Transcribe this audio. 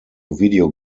video